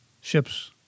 ships